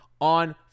on